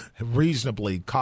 reasonably